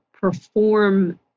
perform